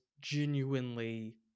genuinely